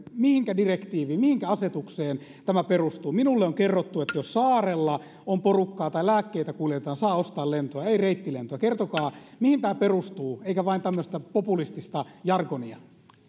mihinkä direktiiviin mihinkä asetukseen tämä perustuu minulle on kerrottu että jos saarella on porukkaa tai lääkkeitä kuljetetaan saa ostaa lentoja ei reittilentoja kertokaa mihin tämä perustuu eikä vain tämmöistä populistista jargonia